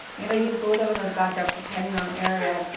and i use both of them as backups depending on the area,